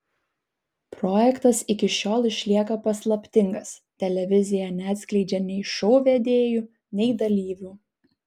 projektas iki šiol išlieka paslaptingas televizija neatskleidžia nei šou vedėjų nei dalyvių